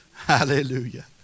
Hallelujah